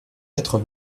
quatre